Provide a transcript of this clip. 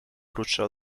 krótsza